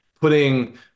putting